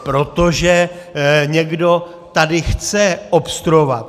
Protože někdo tady chce obstruovat.